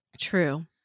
True